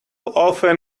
often